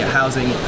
housing